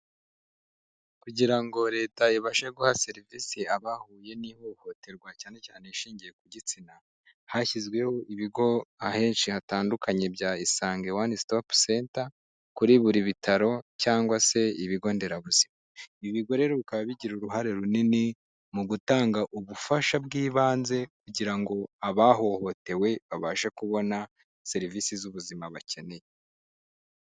Kugira ngo leta ibashe guha serivisi abahuye n'ihohoterwa cyane cyane irishingiye ku gitsina, hashyizweho ibigo ahenshi hatandukanye bya Isange one stop center kuri buri bitaro cyangwa se ibigo nderabuzima. Ibi bigo rero bikaba bigira uruhare runini, mu gutanga ubufasha bw'ibanze kugira ngo abahohotewe babashe kubona serivisi z'ubuzima bakeneye.